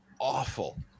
awful